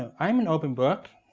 um i'm an open book.